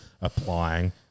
applying